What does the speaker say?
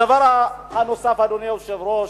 הדבר הנוסף, אדוני היושב-ראש,